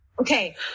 Okay